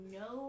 no